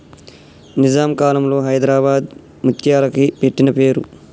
నిజాం కాలంలో హైదరాబాద్ ముత్యాలకి పెట్టిన పేరు